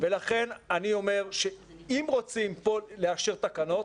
ולכן אני אומר, שאם רוצים פה לאשר תקנות,